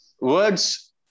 Words